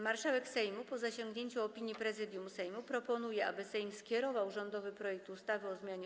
Marszałek Sejmu, po zasięgnięciu opinii Prezydium Sejmu, proponuje, aby Sejm skierował rządowy projekt ustawy o zmianie